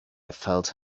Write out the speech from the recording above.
felt